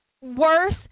worse